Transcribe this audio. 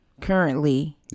currently